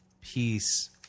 peace